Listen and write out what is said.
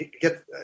get